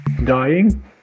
dying